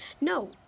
No